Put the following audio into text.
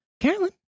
Carolyn